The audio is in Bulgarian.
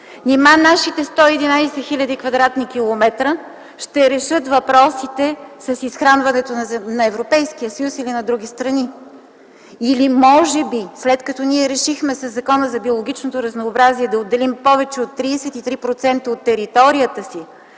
Нима нашите 111 хиляди квадратни километра ще решат въпросите с изхранването на Европейския съюз или на други страни? Или може би след като ние решихме със Закона за биологичното разнообразие да отделим повече от 33% от територията си